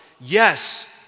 yes